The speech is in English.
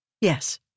Yes